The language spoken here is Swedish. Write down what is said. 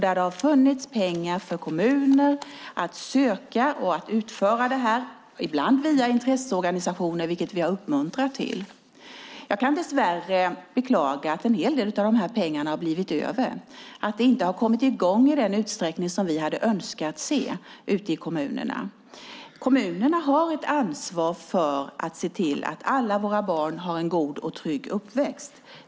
Det har funnits pengar att söka för kommuner för att utföra detta, ibland via intresseorganisationer, vilket vi har uppmuntrat till. Jag kan dess värre beklaga att en hel del av de pengarna har blivit över och att det inte har kommit i gång i kommunerna i den utsträckning som vi hade önskat. Kommunerna har ansvar för att se till att alla barn har en god och trygg uppväxt.